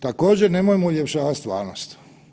Također nemojmo uljepšavati stvarnost.